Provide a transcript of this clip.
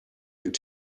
could